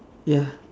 ya